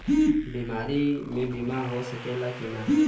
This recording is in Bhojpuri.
बीमारी मे बीमा हो सकेला कि ना?